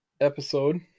episode